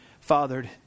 fathered